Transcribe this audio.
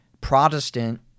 Protestant